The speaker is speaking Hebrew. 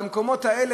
המקומות האלה,